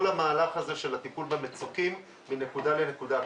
המהלך הזה של הטיפול במצוקים מנקודה לנקודה.